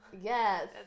Yes